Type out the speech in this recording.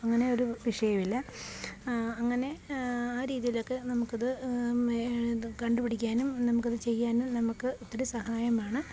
അങ്ങനെ ഒരു വിഷയം ഇല്ല അങ്ങനെ ആ രീതിയിലൊക്കെ നമുക്കത് ഇത് കണ്ടുപഠിക്കാനും നമുക്കത് ചെയ്യാനും നമുക്ക് ഒത്തിരി സഹായമാണ്